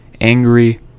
angry